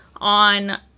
on